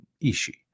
Ishi